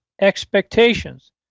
expectations